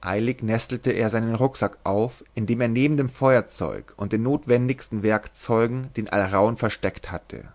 eilig nestelte er seinen rucksack auf in dem er neben dem feuerzeug und den notwendigsten werkzeugen den alraun versteckt hatte